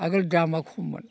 आगोल दामा खममोन